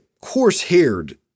coarse-haired